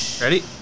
Ready